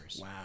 Wow